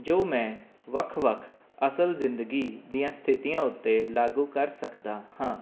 ਜੋ ਮੈਂ ਵੱਖ ਵੱਖ ਅਸਲ ਜ਼ਿੰਦਗੀ ਦੀਆਂ ਸਥਿਤੀਆਂ ਉੱਤੇ ਲਾਗੂ ਕਰ ਸਕਦਾ ਹਾਂ